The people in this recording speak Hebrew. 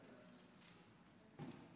אדוני